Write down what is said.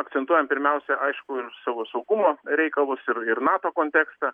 akcentuojam pirmiausia aišku ir savo saugumo reikalus ir ir nato kontekstą